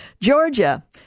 georgia